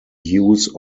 use